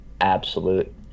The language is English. absolute